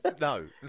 no